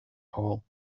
hall